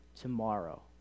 tomorrow